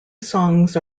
songs